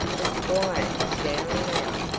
the squire is down and out.